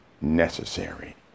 necessary